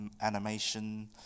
animation